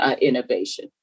innovation